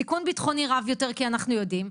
סיכון בטחוני רב יותר כי אנחנו יודעים.